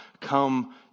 come